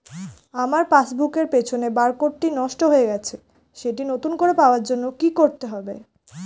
আমার পাসবুক এর পিছনে বারকোডটি নষ্ট হয়ে গেছে সেটি নতুন করে পাওয়ার জন্য কি করতে হবে?